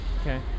Okay